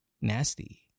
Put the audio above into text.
nasty